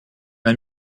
m’a